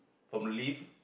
from lift